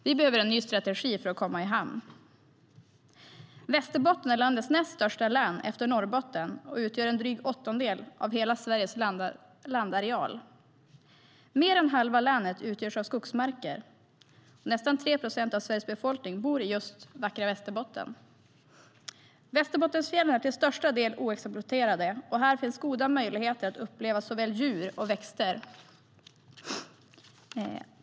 Vi behöver en ny strategi för att komma i hamn. Västerbottensfjällen är till största delen oexploaterade. Här finns goda möjligheter att uppleva såväl djur som växter.